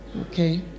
Okay